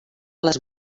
les